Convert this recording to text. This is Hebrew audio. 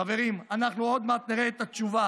חברים, אנחנו עוד מעט נראה את התשובה,